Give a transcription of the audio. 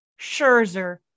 scherzer